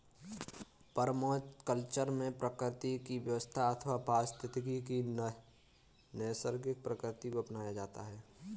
permaculture में प्रकृति की व्यवस्था अथवा पारिस्थितिकी की नैसर्गिक प्रकृति को अपनाया जाता है